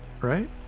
Right